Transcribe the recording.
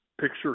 picture